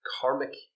karmic